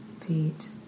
feet